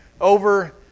over